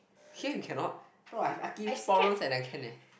here you cannot so I'm luckily store room that I can leh